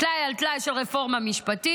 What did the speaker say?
טלאי על טלאי של רפורמה משפטית.